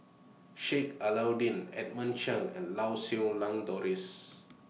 Sheik Alau'ddin Edmund Cheng and Lau Siew Lang Doris